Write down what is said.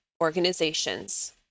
organizations